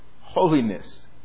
holiness